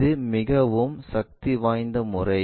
இது மிகவும் சக்திவாய்ந்த முறை